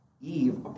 Eve